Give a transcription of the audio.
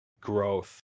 growth